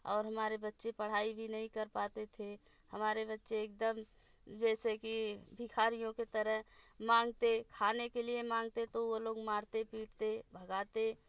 और हमारे बच्चे पढ़ाई भी नहीं कर पाते थे हमारे बच्चे एक दम जैसे कि भिखारियों की तरह मांगते खाने के लिए मांगते तो वो लोग मारते पीटते भगाते